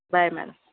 bye madam